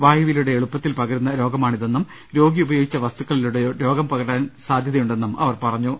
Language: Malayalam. വായുവിലൂടെ എളുപ്പത്തിൽ പക രുന്ന രോഗമാണിതെന്നും രോഗി ഉപയോഗിച്ച വസ്തുക്കളിലൂടെ രോഗം പകരാൻ സാധ്യതയുണ്ടെന്നും അവർ പറഞ്ഞു